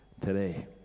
today